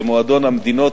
למועדון המדינות